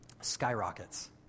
skyrockets